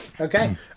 Okay